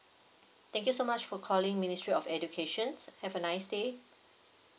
thank you so much for calling ministry of educations have a nice day